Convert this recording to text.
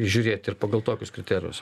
žiūrėt ir pagal tokius kriterijus